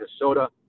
Minnesota